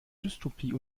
dystopie